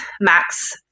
max